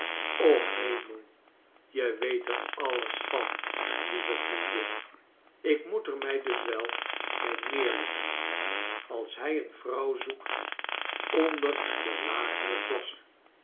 och kernel je weet er alles van lieve vriendin ik moet er mij dus wel bij neerleggen als hij een vrouw zoekt onder de lagere klasse